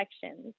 sections